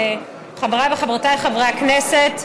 חבריי וחברותיי חברי הכנסת,